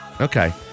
Okay